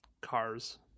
cars